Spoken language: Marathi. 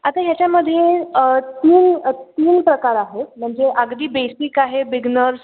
आता याच्यामध्ये तीन तीन प्रकार आहेत म्हणजे अगदी बेसिक आहे बिग्नर्स